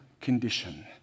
condition